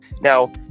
Now